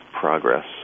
progress